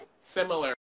similar